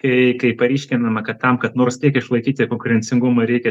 kai kai paryškinama kad tam kad nors tiek išlaikyti konkurencingumą reikia